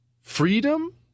freedom